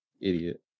Idiot